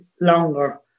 longer